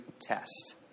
test